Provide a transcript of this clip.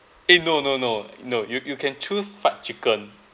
eh no no no no you you can choose fried chicken